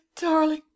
darling